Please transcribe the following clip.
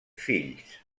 fills